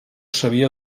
sabia